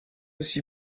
aussi